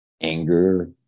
anger